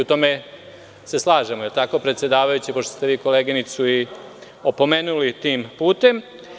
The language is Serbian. U tome se slažemo, da li je tako, predsedavajući, pošto ste vi koleginicu i opomenuli tim putem?